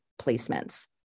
placements